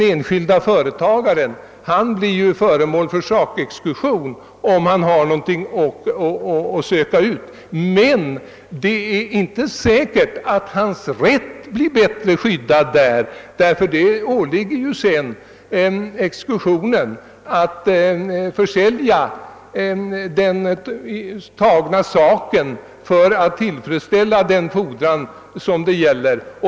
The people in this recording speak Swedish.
Om företagaren har någon egendom som kan bli föremål för utmätning och det i så fall blir fråga om sakexekution, är det inte säkert att hans rätt blir bättre skyddad, ty det föreligger ju skyldighet att vid exekutionen försälja den egendom som tagits i :mät för att gälda den fordran som föreligger.